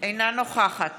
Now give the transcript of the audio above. אינה נוכחת